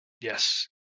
Yes